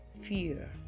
fear